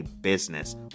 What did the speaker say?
business